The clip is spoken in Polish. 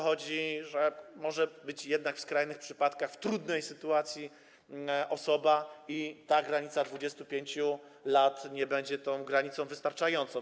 Chodzi o to, że może być jednak w skrajnych przypadkach w trudnej sytuacji dana osoba i ta granica 25 lat nie będzie granicą wystarczającą.